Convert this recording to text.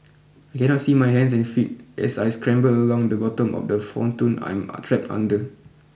I cannot see my hands and feet as I scramble along the bottom of the pontoon I'm I'm trapped under